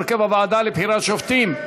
הרכב הוועדה לבחירת שופטים)